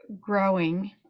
growing